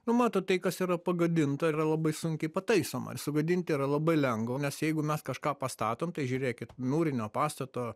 nu matot tai kas yra pagadinta yra labai sunkiai pataisoma sugadint yra labai lengva nes jeigu mes kažką pastatom tai žiūrėkit mūrinio pastato